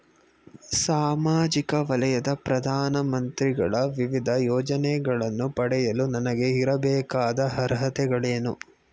ಸಾಮಾಜಿಕ ವಲಯದ ಪ್ರಧಾನ ಮಂತ್ರಿಗಳ ವಿವಿಧ ಯೋಜನೆಗಳನ್ನು ಪಡೆಯಲು ನನಗೆ ಇರಬೇಕಾದ ಅರ್ಹತೆಗಳೇನು?